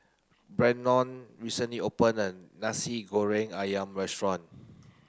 Brennon recently opened a Nasi Goreng Ayam restaurant